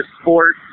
sport